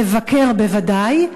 לבקר בוודאי,